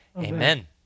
Amen